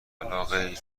ولاغیر